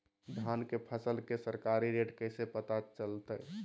धान के फसल के सरकारी रेट कैसे पता चलताय?